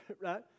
right